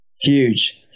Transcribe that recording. Huge